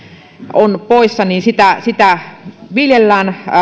on poissa sitä sitä viljellään